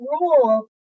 rule